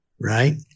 right